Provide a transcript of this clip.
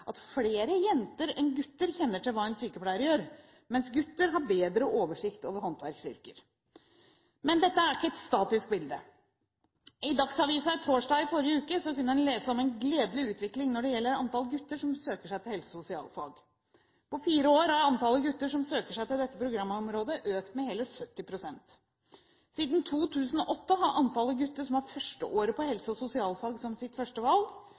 at flere jenter enn gutter kjenner til hva en sykepleier gjør, mens gutter har bedre oversikt over håndverksyrker. Men dette er ikke et statisk bilde. I Dagsavisen torsdag i forrige uke kunne en lese om en gledelig utvikling når det gjelder antall gutter som søker seg til helse- og sosialfag. På fire år er antall gutter som søker seg til dette programområdet, økt med hele 70 pst. Siden 2008 har antallet gutter som har førsteåret på helse- og sosialfag som sitt